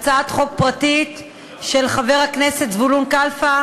הצעת חוק פרטית של חבר הכנסת זבולון כלפה,